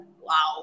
Wow